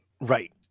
right